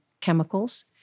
chemicals